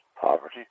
poverty